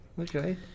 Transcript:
Okay